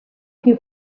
più